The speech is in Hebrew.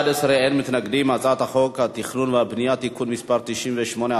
חוק התכנון והבנייה (תיקון מס' 98),